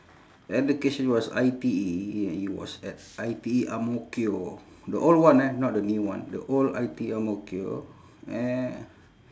education was I_T_E and it was at I_T_E ang mo kio the old one eh not the new one the old I_T_E ang mo kio and